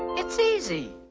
it's easy!